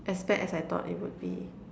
as bad as I thought it would be